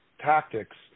tactics